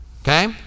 okay